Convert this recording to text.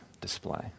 display